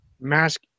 mask